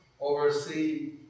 oversee